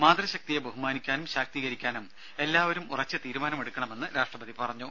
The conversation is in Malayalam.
മാതൃശക്തിയെ ബഹുമാനിക്കാനും ശാക്തീകരിക്കാനും എല്ലാവരും ഉറച്ച തീരുമാനമെടുക്കണമെന്ന് രാഷ്ട്രപതി പറഞ്ഞു